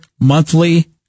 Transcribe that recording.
monthly